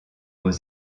aux